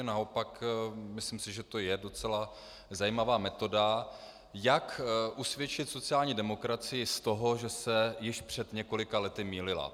Naopak, myslím si, že to je docela zajímavá metoda, jak usvědčit sociální demokracii z toho, že se již před několika lety mýlila.